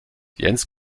jens